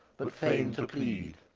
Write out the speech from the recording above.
but fain to plead,